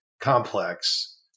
complex